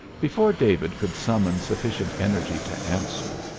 before david could summon sufficient energy to answer,